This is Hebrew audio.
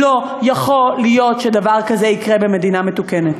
לא יכול להיות שדבר כזה יקרה במדינה מתוקנת.